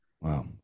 Wow